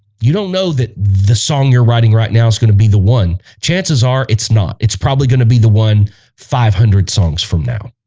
you don't know that the song you're writing right now is gonna be the one chances are it's not it's probably gonna be the one five hundred songs from now